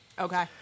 okay